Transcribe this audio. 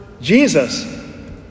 Jesus